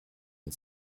and